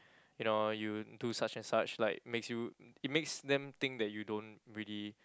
you know you do such and such like makes you it makes them think that you don't really